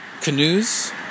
canoes